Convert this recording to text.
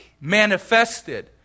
Manifested